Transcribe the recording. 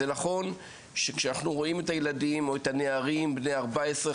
זה נכון שכשאנחנו רואים את הילדים או את הנערים בני 14,